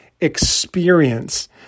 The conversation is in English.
experience